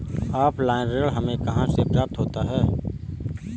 Offline ऋण हमें कहां से प्राप्त होता है?